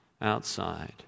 outside